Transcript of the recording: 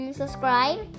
subscribe